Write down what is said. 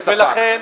הלוואות גישור,